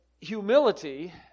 humility